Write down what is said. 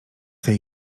tej